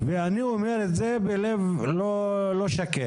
-- ואני אומר את זה בלב לא שקט.